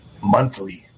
monthly